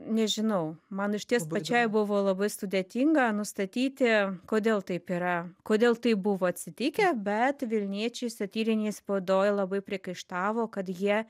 nežinau man išties pačiai buvo labai sudėtinga nustatyti kodėl taip yra kodėl taip buvo atsitikę bet vilniečiai satyrinėj spaudoj labai priekaištavo kad jie